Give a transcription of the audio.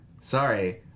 Sorry